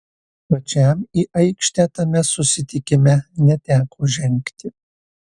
pačiam į aikštę tame susitikime neteko žengti